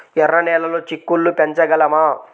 ఎర్ర నెలలో చిక్కుళ్ళు పెంచగలమా?